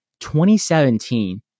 2017